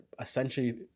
essentially